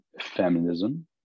feminism